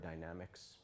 dynamics